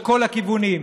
לכל הכיוונים.